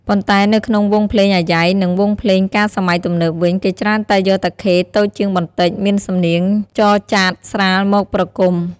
ប៉ុន្តែនៅក្នុងវង់ភ្លេងអាយ៉ៃ និងវង់ភ្លេងការសម័យទំនើបវិញ គេច្រើនតែយកតាខេតូចជាងបន្តិច មានសំនៀងចរចាតស្រាលមកប្រគំ។